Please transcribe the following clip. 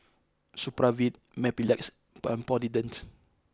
Supravit Mepilex and Polident